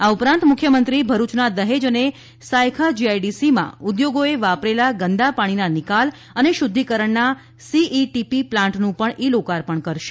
આ ઉપરાંત મુખ્યમંત્રી ભરૂચના દહેજ અને Saykha G I D C ઉદ્યોગોએ વાપરેલા ગંદા પાણીના નિકાલ અને શુદ્ધિકરણના સી ઇ ટી પી પ્લાન્ટનું પણ ઇ લોકાર્પણ કરશે